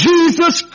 Jesus